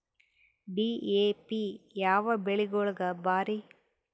DAP ಯಾವ ಬೆಳಿಗೊಳಿಗ ಭಾರಿ?